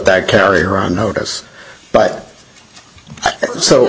that carry around notice but so